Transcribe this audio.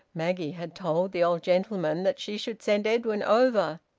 maggie had told the old gentleman that she should send edwin over,